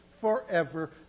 forever